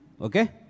okay